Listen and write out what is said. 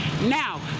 Now